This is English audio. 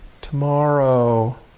Tomorrow